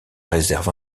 réserve